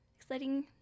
exciting